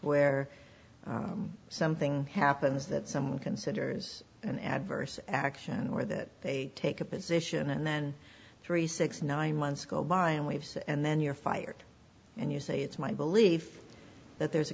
where something happens that someone considers an adverse action or that they take a position and then three six nine months go by and waves and then you're fired and you say it's my belief that there's a